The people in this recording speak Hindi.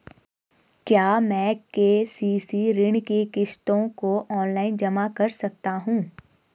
क्या मैं के.सी.सी ऋण की किश्तों को ऑनलाइन जमा कर सकता हूँ?